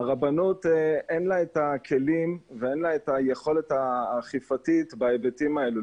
לצערי הרב אין לרבנות את הכלים ואת היכולת האכיפתית בהיבטים הללו.